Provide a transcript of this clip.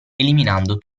eliminando